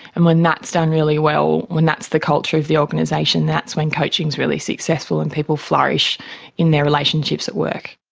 and when that's done really well, when that's the culture of the organisation, that's when coaching is really successful and people flourish in their relationships at work.